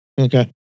Okay